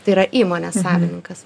tai yra įmonės savininkas